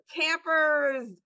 campers